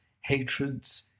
hatreds